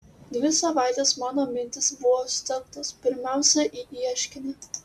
dvi savaitės mano mintys buvo sutelktos pirmiausia į ieškinį